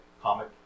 comic